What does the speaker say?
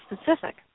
specific